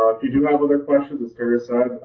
um if you do have other questions, as terry said,